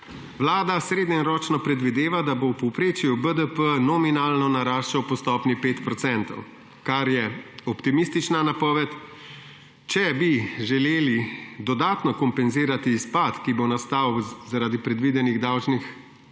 »Vlada srednjeročno predvideva, da bo v povprečju BDP nominalno naraščal po stopnji 5 %, kar je optimistična napoved. Če bi želeli dodatno kompenzirati izpad, ki bo nastal zaradi predvidenih davčnih